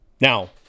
Now